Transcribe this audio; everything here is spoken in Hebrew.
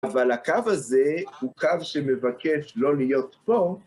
אבל הקו הזה הוא קו שמבקש לא להיות פה.